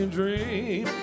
dream